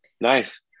nice